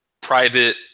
private